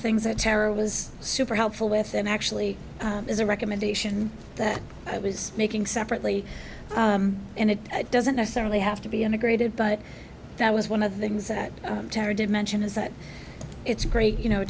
things that tara was super helpful with them actually is a recommendation that i was making separately and it doesn't necessarily have to be integrated but that was one of the things that tara did mention is that it's great you know